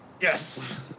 Yes